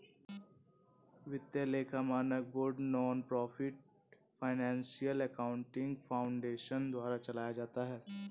वित्तीय लेखा मानक board nonprofit Financial Accounting Foundation द्वारा चलाया जाता है